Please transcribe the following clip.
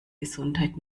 gesundheit